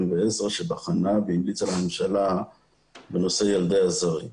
ועשר שבחנה והמליצה לממשלה בנושאי ילדי הזרים.